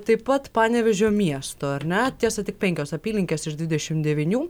taip pat panevėžio miesto ar ne tiesa tik penkios apylinkės iš dvidešimt devynių